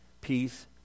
peace